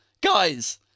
guys